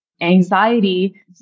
anxiety